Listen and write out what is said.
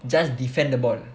just defend the ball